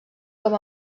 com